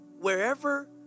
Wherever